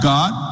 God